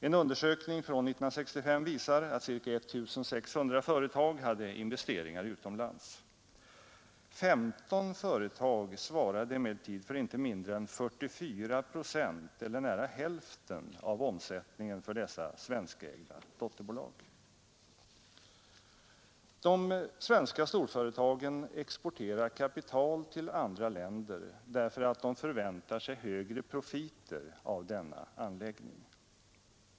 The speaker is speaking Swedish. En undersökning från 1965 visar att ca 1 600 företag hade investeringar utomlands. 15 företag svarade emellertid för inte mindre än 44 procent eller nära hälften av omsättningen för dessa svenskägda dotterbolag. De svenska storföretagen exporterar kapital till andra länder därför att de förväntar sig högre profiter av denna anläggning.